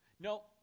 No